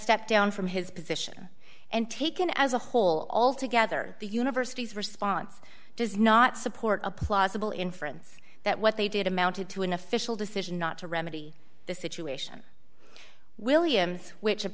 stepped down from his position and taken as a whole all together the university's response does not support a plausible inference that what they did amounted to an official decision not to remedy the situation williams which